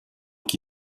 qui